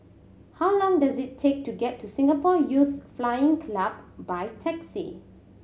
how long does it take to get to Singapore Youth Flying Club by taxi